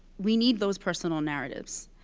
we need those personal narratives.